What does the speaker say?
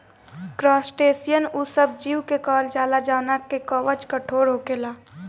crustacean उ सब जीव के कहल जाला जवना के कवच कठोर होखेला